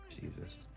Jesus